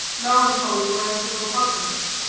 melancholy glance of repugnance.